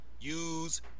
use